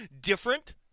different